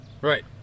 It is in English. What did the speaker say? Right